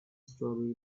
strawberry